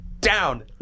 Down